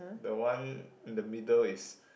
the one in the middle is